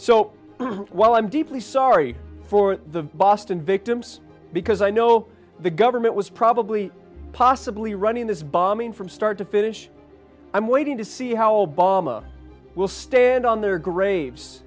so while i'm deeply sorry for the boston victims because i know the government was probably possibly running this bombing from start to finish i'm waiting to see how bamma will stand on their graves